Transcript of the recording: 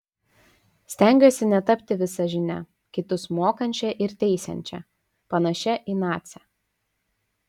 stengiuosi netapti visažine kitus mokančia ir teisiančia panašia į nacę